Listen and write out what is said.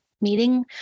meeting